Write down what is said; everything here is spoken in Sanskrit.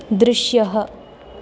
दृश्यः